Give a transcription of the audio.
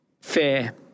Fair